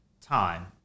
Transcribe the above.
time